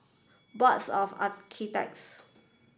Boards of Architects